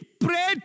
pray